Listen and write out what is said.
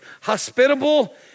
hospitable